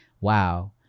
wow